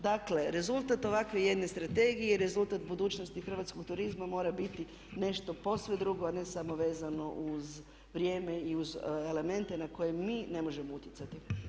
Dakle, rezultat ovakve jedne strategije i rezultat budućnosti hrvatskog turizma mora biti nešto biti nešto posve drugo a ne samo vezano uz vrijeme i uz elemente na koje mi ne možemo utjecati.